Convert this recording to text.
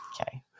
Okay